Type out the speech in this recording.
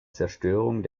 zerstörung